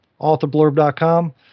authorblurb.com